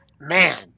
man